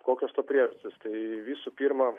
kokios to priežastys tai visų pirma